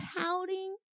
pouting